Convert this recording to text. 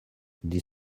des